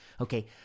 Okay